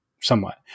somewhat